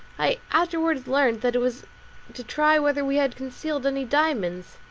i afterwards learnt that it was to try whether we had concealed any diamonds.